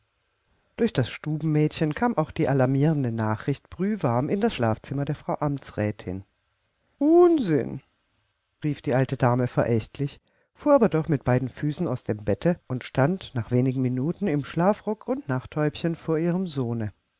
durch das stubenmädchen kam auch die alarmierende nachricht brühwarm in das schlafzimmer der frau amtsrätin unsinn rief die alte dame verächtlich fuhr aber doch mit beiden füßen aus dem bette und stand nach wenigen minuten im schlafrock und nachthäubchen vor ihrem sohne